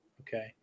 okay